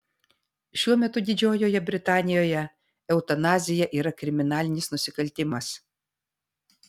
šiuo metu didžiojoje britanijoje eutanazija yra kriminalinis nusikaltimas